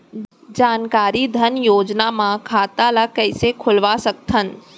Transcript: जानकारी धन योजना म खाता ल कइसे खोलवा सकथन?